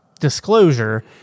disclosure